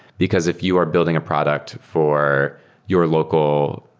because if you are building a product for your local